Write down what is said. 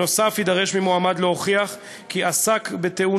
נוסף על כך יידרש ממועמד להוכיח כי עסק בטיעון